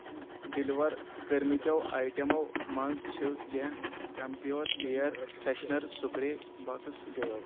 deliver کٔرمٕتیٚو آیٹمو منٛز چھِ کینٛہہ کیم pure air freshener spray box غٲب